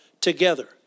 together